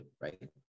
right